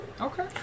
Okay